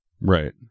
Right